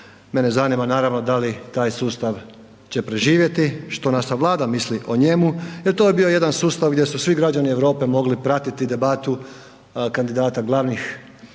Mene zanima naravno da li će taj sustav preživjeti, što naša Vlada misli o njemu, jer to je bio jedan sustav gdje su svi građani Europe mogli pratiti debatu kandidata glavnih,